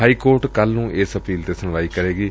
high court ਕੱਲੂ ਨੂੰ ਇਸ ਅਪੀਲ ਤੇ ਸੁਣਵਾਈ ਕਰੇਗੀ